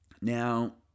Now